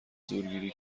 زورگیری